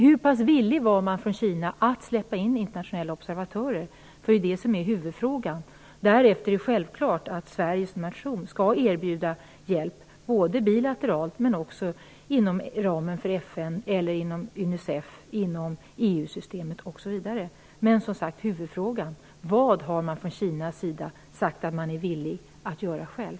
Hur pass villig var man från Kinas sida att släppa in internationella observatörer? Det är ju det som är huvudfrågan. Därefter är det självklart att Sverige som nation skall erbjuda hjälp, såväl bilateralt som inom ramen för FN, Huvudfrågan kvarstår som sagt: Vad har man från Kinas sida sagt att man är villig att göra själv?